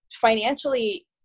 financially